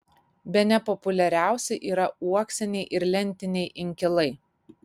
bene populiariausi yra uoksiniai ir lentiniai inkilai